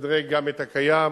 ולשדרג גם את הקיים,